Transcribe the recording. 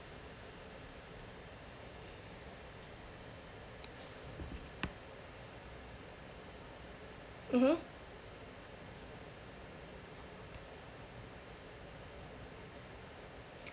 mmhmm